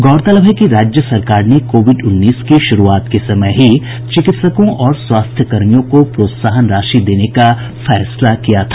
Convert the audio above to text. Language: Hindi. गौरतलब है कि राज्य सरकार ने कोविड उन्नीस की शुरूआत के समय ही चिकित्सकों और स्वास्थ्य कर्मियों को प्रोत्साहन राशि देने का फैसला किया था